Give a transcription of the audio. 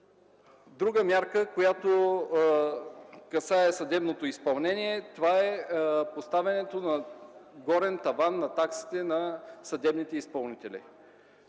Друга мярка, която касае съдебното изпълнение, е поставянето на горен таван на таксите на съдебните изпълнители.